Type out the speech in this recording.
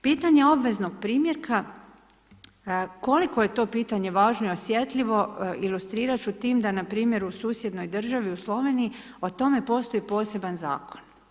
Pitanje obveznog primjerka, koliko je to pitanje važno i osjetljivo ilustrirat ću tim da npr. u susjednoj državi Sloveniji za to postoji poseban zakon.